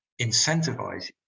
incentivize